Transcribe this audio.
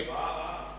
השוואה רעה.